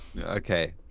Okay